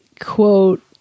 Quote